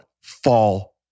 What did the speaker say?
fall